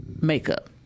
makeup